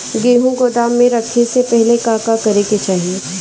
गेहु गोदाम मे रखे से पहिले का का करे के चाही?